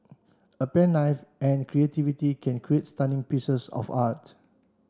a pen knife and creativity can create stunning pieces of art